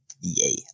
Yay